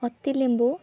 ଅତି ଲେମ୍ବୁ